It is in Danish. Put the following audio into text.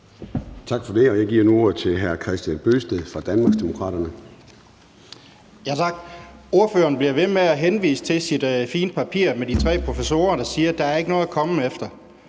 Tak for det. Jeg giver nu ordet til hr. Kristian Bøgsted fra Danmarksdemokraterne. Kl. 13:45 Kristian Bøgsted (DD): Tak. Ordføreren bliver ved med at henvise til sit fine papir med de tre professorer, der siger, at der ikke er noget at komme efter.